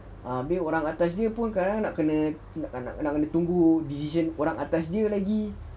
abeh orang atas dia pun kadang-kadang nak kena tunggu decision orang atas dia lagi